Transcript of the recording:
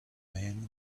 man